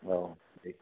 औ